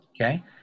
Okay